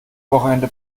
wochenende